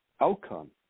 outcome